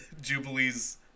Jubilee's